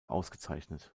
ausgezeichnet